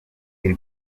iri